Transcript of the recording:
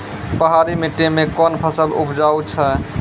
पहाड़ी मिट्टी मैं कौन फसल उपजाऊ छ?